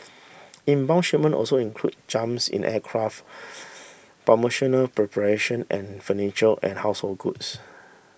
inbound shipment also included jumps in aircraft pharmaceutical preparation and furniture and household goods